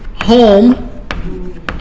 home